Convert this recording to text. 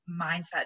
mindset